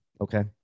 Okay